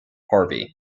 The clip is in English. harvey